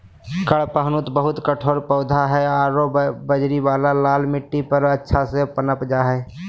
कडपहनुत बहुत कठोर पौधा हइ आरो बजरी वाला लाल मिट्टी पर अच्छा से पनप जा हइ